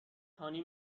هانی